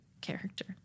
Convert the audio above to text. character